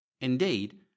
Indeed